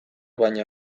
baino